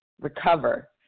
recover